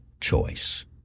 choice